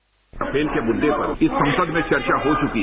Rafale के मुद्दे पर इस संसद में चर्चा हो चुकी है